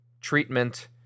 treatment